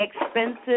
expensive